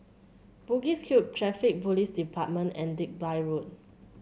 Bugis Cube Traffic Police Department and Digby Road